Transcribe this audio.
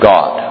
God